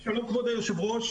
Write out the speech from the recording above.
שלום כבוד היושב ראש,